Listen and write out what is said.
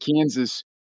Kansas